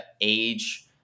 age